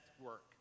work